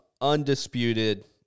undisputed